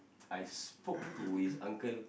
I spoke to this uncle